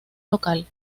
local